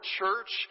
church